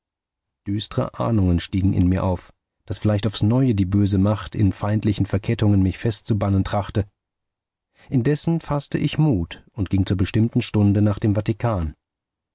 düstre ahnungen stiegen in mir auf daß vielleicht aufs neue die böse macht in feindlichen verkettungen mich festzubannen trachte indessen faßte ich mut und ging zur bestimmten stunde nach dem vatikan